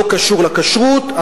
לא קשור לכשרות,